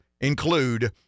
include